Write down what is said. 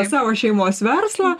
savo šeimos verslą